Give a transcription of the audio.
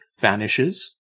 vanishes